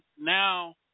now